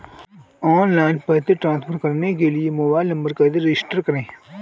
Online पैसे transfer करने के लिए मोबाइल नंबर कैसे रजिस्टर करें?